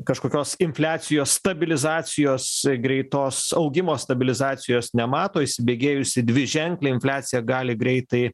kažkokios infliacijos stabilizacijos greitos augimo stabilizacijos nemato įsibėgėjusi dviženklė infliaciją gali greitai